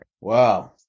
Wow